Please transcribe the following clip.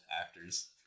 actors